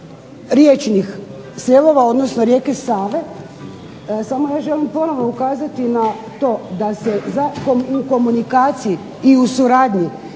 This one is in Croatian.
riječnih slivova, odnosno rijeke Save. Samo ja želim ponovno ukazati na to da se za to u komunikaciji i u suradnji